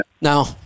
No